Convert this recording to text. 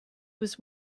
was